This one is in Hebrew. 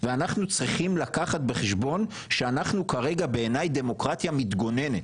ואנחנו צריכים לקחת בחשבון שאנחנו כרגע בעיני דמוקרטיה מתגוננת,